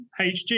HG